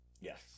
Yes